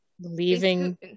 leaving